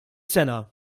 sena